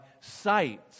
sight